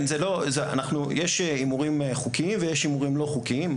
יש הימורים חוקיים ויש הימורים לא חוקיים.